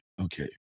Okay